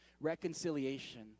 reconciliation